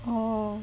orh